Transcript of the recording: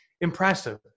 impressive